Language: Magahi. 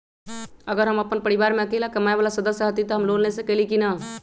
अगर हम अपन परिवार में अकेला कमाये वाला सदस्य हती त हम लोन ले सकेली की न?